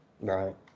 Right